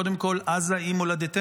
קודם כול: עזה היא מולדתנו,